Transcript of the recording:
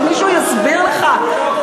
שמישהו יסביר לך.